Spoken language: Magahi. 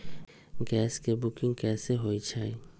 गैस के बुकिंग कैसे होईछई?